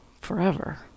forever